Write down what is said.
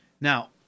Now